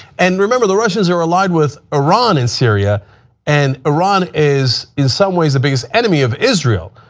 and remember, the russians are aligned with iran and syria and iran is in some ways, the biggest enemy of israel.